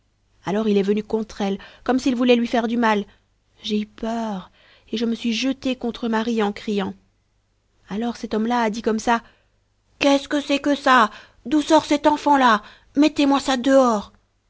alors il est venu contre elle comme s'il voulait lui faire du mal j'ai eu peur et je me suis jeté contre marie en criant alors cet homme-là a dit comme ça qu'est-ce que c'est que ça d'où sort cet enfant-là mettezmoi ça dehors